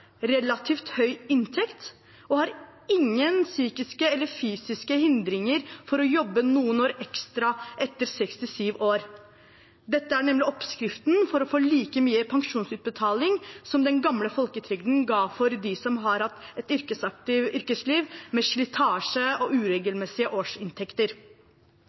relativt høy inntekt og ingen psykiske eller fysiske hindringer for å jobbe noen år ekstra etter fylte 67 år. Dette er nemlig oppskriften på å få like mye pensjonsutbetaling som det den gamle folketrygden ga dem som hadde hatt et aktivt yrkesliv, med slitasje og uregelmessige årsinntekter.